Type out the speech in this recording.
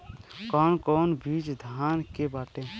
कौन कौन बिज धान के बाटे?